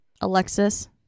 Alexis